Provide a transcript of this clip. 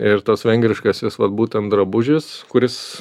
ir tas vengriškasis vat būtent drabužis kuris